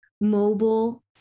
mobile